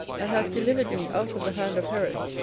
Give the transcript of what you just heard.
and hath delivered me out of the hand of herod,